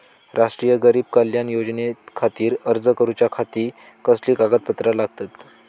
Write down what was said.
राष्ट्रीय गरीब कल्याण योजनेखातीर अर्ज करूच्या खाती कसली कागदपत्रा लागतत?